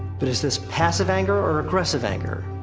but is this passive anger, or aggressive anger?